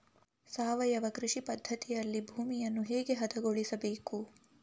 ಸಾವಯವ ಕೃಷಿ ಪದ್ಧತಿಯಲ್ಲಿ ಭೂಮಿಯನ್ನು ಹೇಗೆ ಹದಗೊಳಿಸಬೇಕು?